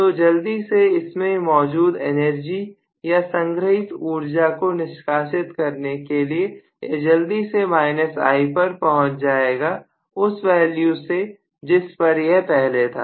तो जल्दी से इसमें मौजूद एनर्जी या संग्रहित ऊर्जा को निष्कासित करने के लिए यह जल्दी से I पर पहुंच जाएगा उस वैल्यू से जिस पर यह पहले था